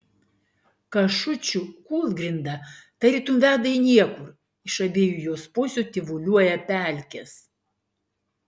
kašučių kūlgrinda tarytum veda į niekur iš abiejų jos pusių tyvuliuoja pelkės